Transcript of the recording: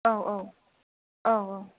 औ औ औ औ